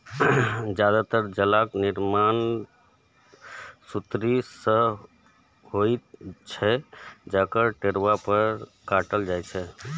जादेतर जालक निर्माण सुतरी सं होइत छै, जकरा टेरुआ पर काटल जाइ छै